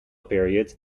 period